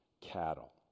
cattle